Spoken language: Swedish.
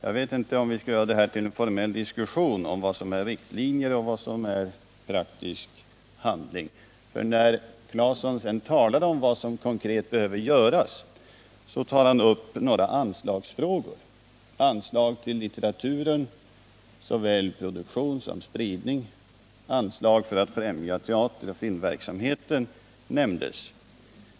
Jag vet inte om vi bör ta upp en formell diskussion om vad som är riktlinjer och vad som är praktisk handling. När Tore Claeson sedan talade om vad som konkret behöver göras tog han upp några anslagsfrågor: anslag till litteraturen, såväl till produktion som till spridning, och anslag för att främja teateroch filmverksamhet nämndes också.